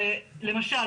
למשל,